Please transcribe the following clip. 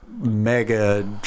mega